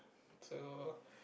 so